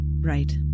Right